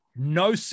No